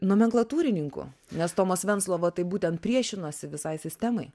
nomenklatūrininku nes tomas venclova tai būtent priešinosi visai sistemai